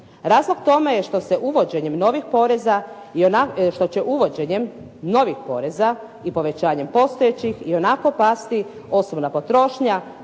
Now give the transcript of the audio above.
Razlog tome je što će uvođenjem novih poreza i povećanjem postojećih ionako pasti osobna potrošnja,